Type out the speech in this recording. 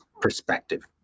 perspective